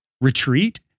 retreat